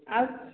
ଆଉ